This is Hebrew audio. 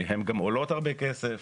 הן גם עולות הרבה כסף